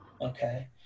okay